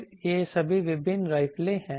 फिर ये सभी विभिन्न राइफलें हैं